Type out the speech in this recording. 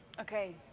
Okay